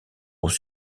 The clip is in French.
aux